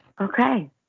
Okay